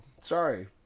Sorry